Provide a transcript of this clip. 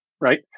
Right